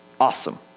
Awesome